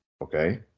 Okay